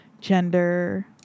gender